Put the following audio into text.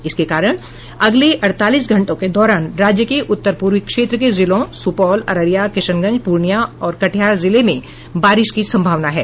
इसके कारण अगले अड़तालीस घंटों के दौरान राज्य के उत्तर पूर्वी क्षेत्र के जिलों सुपौल अररिया किशनगंज पूर्णिया और कटिहार जिले में बारिश की संभावना है